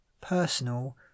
personal